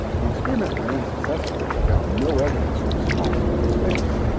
the experiment ran successfully but found no evidence for a smallest bit of space.